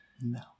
No